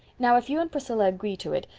now, if you and priscilla agree to it,